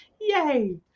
yay